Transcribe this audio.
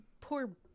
poor